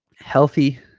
healthy